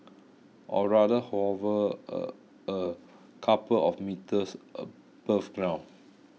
or rather hover a a couple of metres above ground